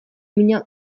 mina